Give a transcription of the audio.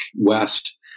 West